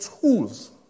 tools